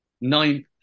ninth